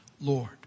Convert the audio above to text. Lord